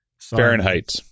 Fahrenheit